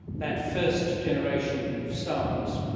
that first generation of stars.